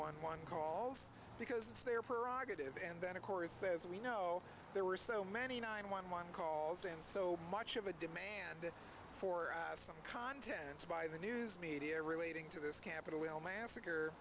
one one calls because it's their prerogative and then of course says we know there were so many nine one one calls and so much of a demand for some contents by the news media relating to this capitol hill ma